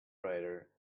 writer